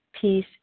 peace